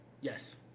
Yes